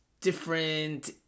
different